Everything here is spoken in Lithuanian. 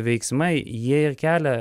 veiksmai jie ir kelia